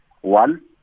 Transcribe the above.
One